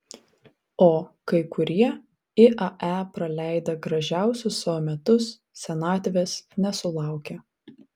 o kai kurie iae praleidę gražiausius savo metus senatvės nesulaukia